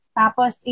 tapos